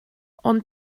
ond